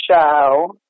show